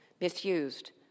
misused